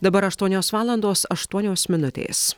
dabar aštuonios valandos aštuonios minutės